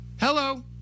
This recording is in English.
hello